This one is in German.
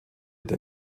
der